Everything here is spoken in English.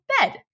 bed